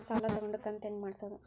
ಸಾಲ ತಗೊಂಡು ಕಂತ ಹೆಂಗ್ ಮಾಡ್ಸೋದು?